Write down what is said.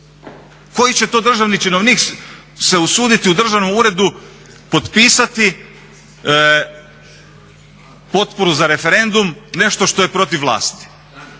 Koji će to državni činovnik se usuditi u državnom uredu potpisati potporu za referendum, nešto što je protiv vlasti?